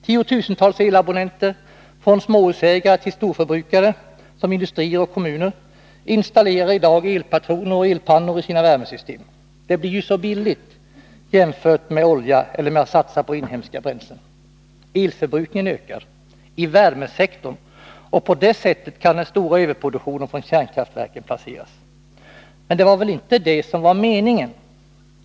Tiotusentals elabonnenter, från småhusägare till storförbrukare som industrier och kommuner, installerar i dag elpatroner och elpannor i sina värmesystem. Det blir ju så billigt jämfört med olja eller med att satsa på inhemska bränslen! Elförbrukningen ökar — i värmesektorn — och på det sättet kan den stora överproduktionen från kärnkraftverken placeras. Men det var väl inte det som var meningen?